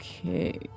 Okay